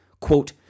Quote